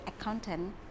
accountant